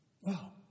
Wow